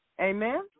Amen